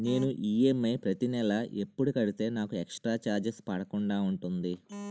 నేను ఈ.ఎం.ఐ ప్రతి నెల ఎపుడు కడితే నాకు ఎక్స్ స్త్ర చార్జెస్ పడకుండా ఉంటుంది?